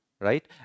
Right